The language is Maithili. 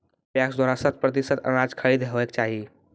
पैक्स द्वारा शत प्रतिसत अनाज खरीद हेवाक चाही?